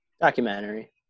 Documentary